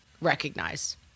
recognize